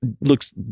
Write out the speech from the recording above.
looks